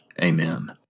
Amen